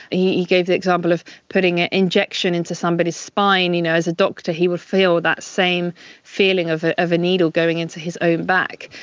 he he gave the example of putting an injection into somebody's spine you know as a doctor, he would fee that same feeling of of a needle going into his own back.